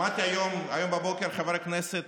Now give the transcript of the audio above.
שמעתי היום בבוקר חבר כנסת